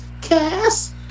cast